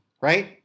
right